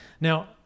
Now